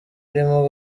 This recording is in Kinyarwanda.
irimo